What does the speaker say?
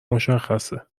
مشخصه